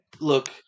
look